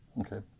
Okay